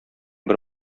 бер